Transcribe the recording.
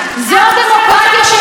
מה את בכלל יודעת על אבא שלי?